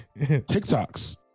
TikToks